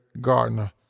Gardner